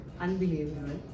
unbelievable